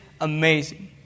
amazing